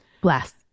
Blast